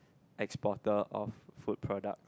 exporter of food products